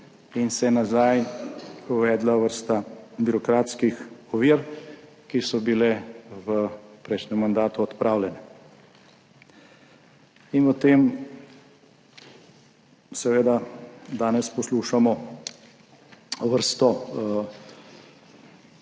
in se je nazaj uvedla vrsta birokratskih ovir, ki so bile v prejšnjem mandatu odpravljene. In o tem seveda danes poslušamo vrsto